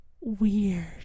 Weird